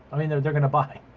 i mean they're they're gonna buy.